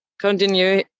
continue